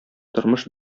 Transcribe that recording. тормыш